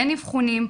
אין אבחונים,